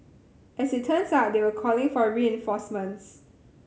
as it turns out they were calling for reinforcements